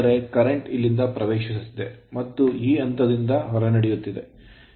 ಅಂದರೆ current current ಇಲ್ಲಿಂದ ಪ್ರವೇಶಿಸುತ್ತಿದೆ ಮತ್ತು ಈ ಹಂತದಿಂದ ಹೊರನಡೆಯುತ್ತಿದೆ ಇದು convention ಸಮಾವೇಶದಿಂದ